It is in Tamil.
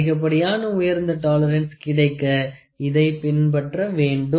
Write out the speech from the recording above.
அதிகப்படியான உயர்ந்த டாலரன்ஸ் கிடைக்க இதை பின்பற்ற வேண்டும்